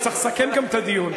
אני צריך לסכם גם את הדיון.